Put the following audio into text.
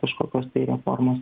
kažkokios tai reformos